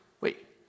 Wait